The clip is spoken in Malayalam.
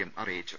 എം അറിയിച്ചു